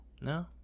No